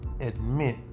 admit